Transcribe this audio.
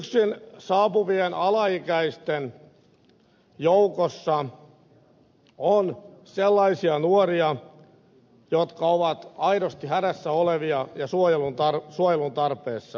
yksin saapuvien alaikäisten joukossa on sellaisia nuoria jotka ovat aidosti hädässä olevia ja suojelun tarpeessa